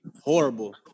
horrible